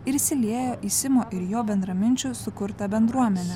ir įsiliejo į simo ir jo bendraminčių sukurtą bendruomenę